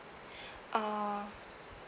uh